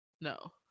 No